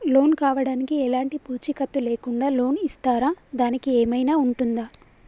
Loan కావడానికి ఎలాంటి పూచీకత్తు లేకుండా లోన్ ఇస్తారా దానికి ఏమైనా ఉంటుందా?